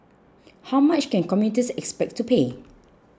how much can commuters expect to pay